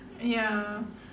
ya